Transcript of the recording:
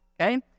okay